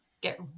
get